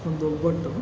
ಒಂದು ಒಬ್ಬಟ್ಟು